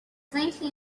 faintly